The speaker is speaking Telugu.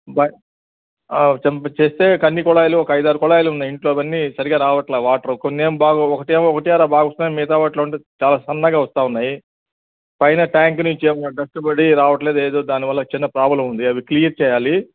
బట్ చెంబ్ చేస్తే అన్నీ కుళాయిలు ఒక ఐదారు కుళాయిలు ఉన్నాయి ఇంట్లో అవన్నీ సరిగా రావట్ల వాటర్ కొన్ని ఏమో బాగా ఒకటి ఏమో ఒకటి అర బాగా వస్తున్నాయి మిగతా వాటిలో వుండి చాలా సన్నగా వస్తున్నాయి పైన ట్యాంక్ నుంచి ఏమో డస్ట్ పడి రావట్లేదు ఏదో దాని వల్ల చిన్న ప్రాబ్లం ఉంది అవి క్లియర్ చేయాలి